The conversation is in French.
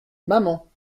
maman